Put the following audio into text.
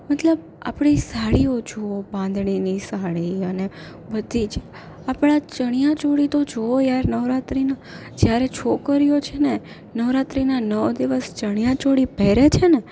મતલબ આપણી સાડીઓ જુઓ બાંધણીની સાડી અને બધી જ આપણા ચણિયાચોળી તો જોવો યાર નવરાત્રીના જ્યારે છોકરીઓ છેને નવરાત્રીના નવ દિવસ ચણિયાચોળી પહેરે છેને